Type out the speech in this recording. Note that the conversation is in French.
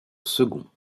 second